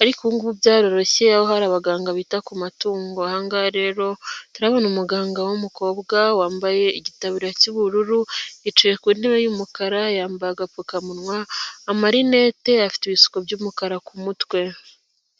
,ariko ubu byaroroshye aho hari abaganga bita ku matungo . Aha ngaha rero turahabona umuganga w'umukobwa ,wambaye igitabura cy'ubururu yicaye ku ntebe y'umukara, yambaye agapfukamunwa, amarinete, afite ibisuko by'umukara ku mutwe.